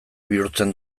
bihurtzen